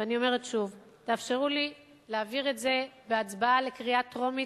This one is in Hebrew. ואני אומרת שוב: תאפשרו לי להעביר את זה בהצבעה בקריאה טרומית,